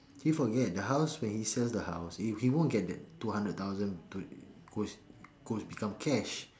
he forget the house when he sells the house he he won't get that two hundred thousand to goes goes become cash